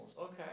Okay